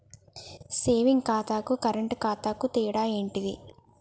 Saving ఖాతాకు current ఖాతాకు తేడా ఏంటిది?